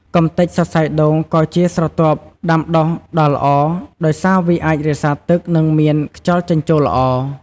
កម្ទេចសរសៃដូងក៏ជាស្រទាប់ដាំដុះដ៏ល្អ ដោយសារវាអាចរក្សាទឹក និងមានខ្យល់ចេញចូលល្អ។